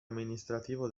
amministrativo